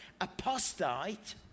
apostate